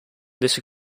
this